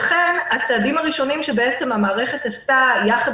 לכן הצעדים הראשונים שהמערכת עשתה יחד